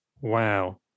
Wow